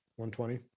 120